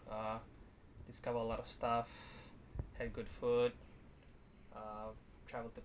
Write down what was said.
uh discover a lot of stuff had good food uh travel to